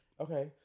Okay